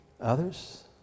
Others